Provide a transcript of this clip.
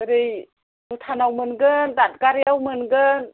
ओरै भुटानाव मोनगोन दादगारियाव मोनगोन